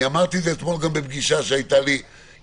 אני אמרתי את זה אתמול גם בפגישה שהייתה לי עם